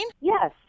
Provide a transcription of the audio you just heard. Yes